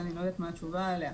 אני לא יודעת מה התשובה עליה.